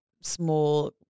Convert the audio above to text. small